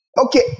Okay